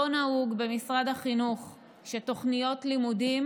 לא נהוג במשרד החינוך שתוכניות לימודים